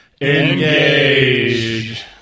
engage